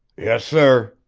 yes, sir,